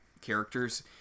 characters